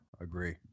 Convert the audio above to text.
agree